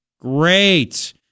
Great